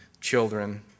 children